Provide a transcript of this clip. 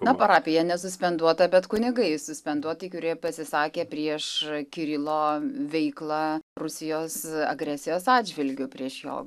na parapija nesuspenduota bet kunigai suspenduoti kurie pasisakė prieš kirilo veiklą rusijos agresijos atžvilgiu prieš jo